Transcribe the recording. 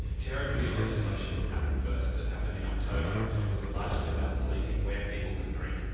territory legislation happened first, that happened in october, and it was largely about policing where people could drink,